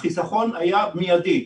החיסכון היה מיידי.